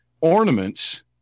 ornaments